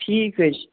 ٹھیٖک حظ چھُ